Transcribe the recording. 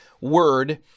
word